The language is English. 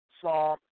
Psalm